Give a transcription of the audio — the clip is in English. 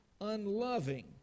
unloving